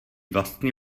vlastní